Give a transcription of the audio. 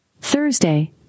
Thursday